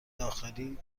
داخلی